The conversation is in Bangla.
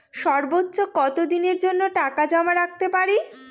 সর্বোচ্চ কত দিনের জন্য টাকা জমা রাখতে পারি?